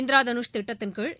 இந்திரதனுஷ் திட்டத்தின்கீழ்